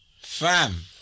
Fam